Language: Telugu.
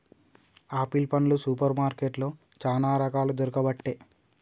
ఆపిల్ పండ్లు సూపర్ మార్కెట్లో చానా రకాలు దొరుకబట్టె